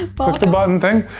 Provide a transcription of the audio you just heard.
the button thing.